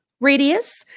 radius